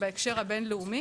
בהקשר הבינלאומי,